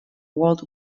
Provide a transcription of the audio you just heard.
world